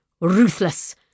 ruthless